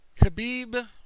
Khabib